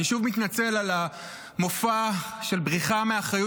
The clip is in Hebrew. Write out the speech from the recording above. אני שוב מתנצל על המופע של בריחה מאחריות